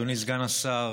אדוני סגן השר,